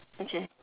okay